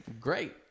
great